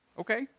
Okay